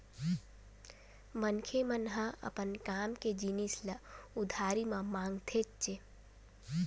मनखे मन ह अपन काम के जिनिस ल उधारी म मांगथेच्चे